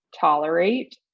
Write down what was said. tolerate